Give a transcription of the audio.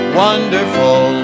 wonderful